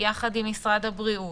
ביחד עם משרד הבריאות,